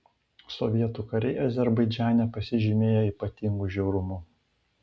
sovietų kariai azerbaidžane pasižymėjo ypatingu žiaurumu